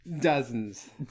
Dozens